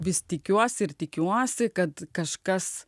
vis tikiuosi ir tikiuosi kad kažkas